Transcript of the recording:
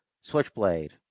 Switchblade